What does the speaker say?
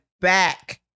back